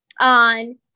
on